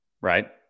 right